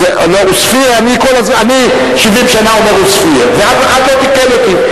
אני 70 שנה אומר עוספיא ואף אחד לא תיקן אותי.